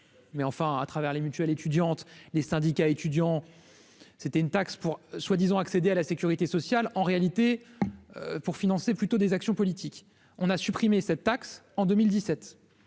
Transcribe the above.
mais enfin à travers les mutuelles étudiantes, les syndicats étudiants, c'était une taxe pour soi-disant accéder à la sécurité sociale en réalité pour financer plutôt des actions politiques, on a supprimé cette taxe en 2017